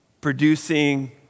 producing